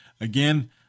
again